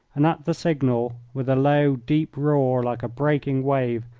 and at the signal, with a low, deep roar like a breaking wave,